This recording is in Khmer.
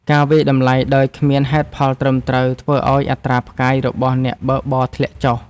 ការវាយតម្លៃដោយគ្មានហេតុផលត្រឹមត្រូវ ធ្វើឱ្យអត្រាផ្កាយរបស់អ្នកបើកបរធ្លាក់ចុះ។